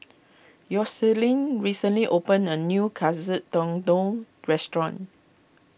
Yoselin recently opened a new Katsu Tendon restaurant